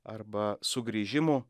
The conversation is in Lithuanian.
arba sugrįžimo